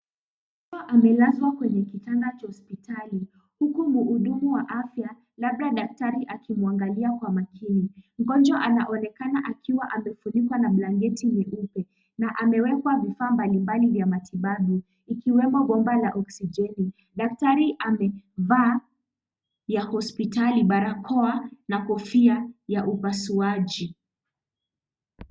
Mtoto amelazwa kwenye kitanda cha hospitali huku mhuudmu wa afya labda daktari akimwangalia kwa makini. Mgonjwa anaonekana akiwa amefunikwa na blanketi nyeupe na amewekwa vifaa mbalimbali vya matibabu ikiwemo gomba la oksijeni . Daktari amevaa ya hospitali barakoa na kofia ya upasuaji.